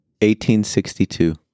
1862